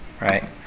right